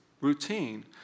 routine